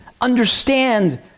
understand